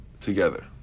together